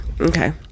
Okay